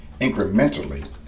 incrementally